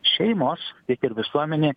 šeimos tiek ir visuomenė